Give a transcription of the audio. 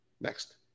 Next